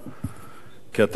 כי אתה מכיר אותה,